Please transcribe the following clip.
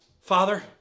Father